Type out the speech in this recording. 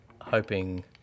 hoping